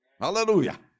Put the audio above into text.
Hallelujah